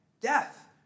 Death